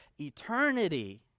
eternity